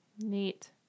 Neat